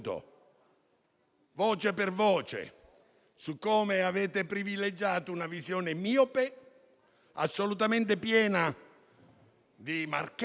voce per voce, su come avete privilegiato una visione miope, assolutamente piena di marchette